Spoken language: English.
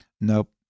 nope